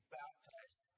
baptized